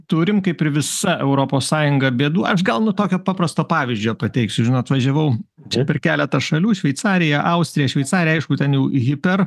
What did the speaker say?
turim kaip ir visa europos sąjunga bėdų aš gal nuo tokio paprasto pavyzdžio pateiksiu žinot važiavau čia per keletą šalių šveicariją austriją šveicariją aišku ten jau hiper